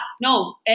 no